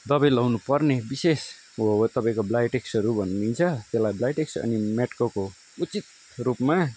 दबाई लगाउनु पर्ने विशेष हो तपाईँको ब्लाइटेस्टहरू भनिन्छ त्यसलाई ब्लाइटेस्ट अनि मेटकोको उचित रूपमा